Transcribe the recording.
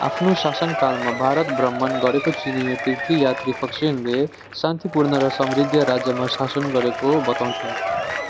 आफ्नो शासन कालमा भारत भ्रमण गरेको चिनियाँ तीर्थ यात्री फक्सियानले शान्तिपूर्ण र समृद्ध राज्यमा शासन गरेको बताउँछन्